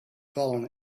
fallen